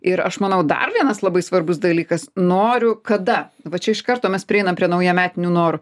ir aš manau dar vienas labai svarbus dalykas noriu kada va čia iš karto mes prieinam prie naujametinių norų